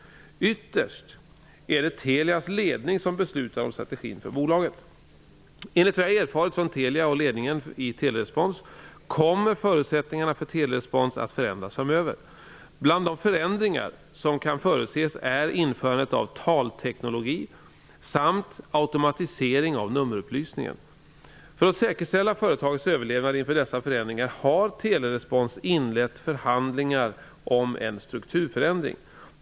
Ytterst är det Telias ledning som beslutar om strategin för bolaget. Enligt vad jag erfarit från Telia och ledningen i Telerespons kommer förutsättningarna för Telerespons att förändras framöver. Bland de förändringar som kan förutses är införandet av talteknologi samt automatisering av nummerupplysningen. För att säkerställa företagets överlevnad inför dessa förändringar har Telerespons inlett förhandlingar om en strukturförändring.